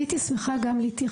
אני הייתי שמחה גם להתייחס.